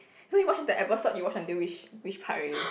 so you watch the episode you watch until which which part already